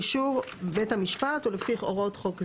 באישור בית המשפט ולפי הוראות חוק זה.